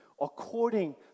according